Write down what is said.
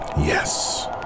Yes